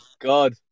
God